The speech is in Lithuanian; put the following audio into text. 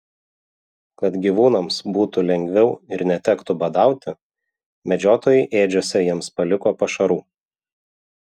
kad gyvūnams būtų lengviau ir netektų badauti medžiotojai ėdžiose jiems paliko pašarų